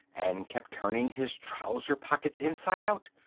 and kept turning his trouser pockets inside out.